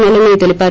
నల్లనయ్య తెలిపారు